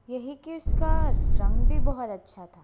यही कि उसका रंग भी बहुत अच्छा था